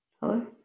Hello